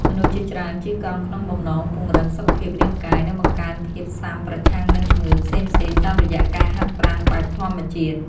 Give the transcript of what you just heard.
មនុស្សជាច្រើនជិះកង់ក្នុងបំណងពង្រឹងសុខភាពរាងកាយ និងបង្កើនភាពស៊ាំប្រឆាំងនឹងជំងឺផ្សេងៗតាមរយៈការហាត់ប្រាណបែបធម្មជាតិ។